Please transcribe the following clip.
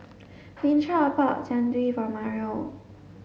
Winthrop bought Jian Dui for Mario